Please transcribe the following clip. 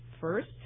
first